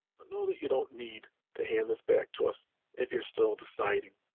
but know that you don't need to hand this back to us if you're still deciding.